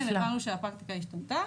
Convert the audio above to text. הבנו שהפרקטיקה השתנתה